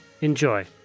Enjoy